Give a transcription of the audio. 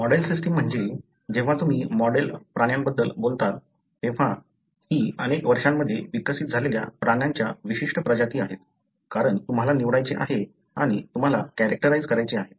model system म्हणजे जेव्हा तुम्ही मॉडेल प्राण्यांबद्दल बोलता तेव्हा ही अनेक वर्षांमध्ये विकसित झालेल्या प्राण्यांच्या विशिष्ट प्रजाती आहेत कारण तुम्हाला निवडायचे आहे आणि तुम्हाला कॅरेक्टराइझ करायचे आहे